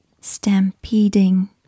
stampeding